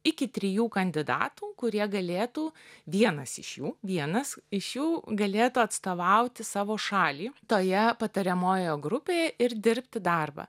iki trijų kandidatų kurie galėtų vienas iš jų vienas iš jų galėtų atstovauti savo šalį toje patariamojoje grupėj ir dirbti darbą